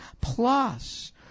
plus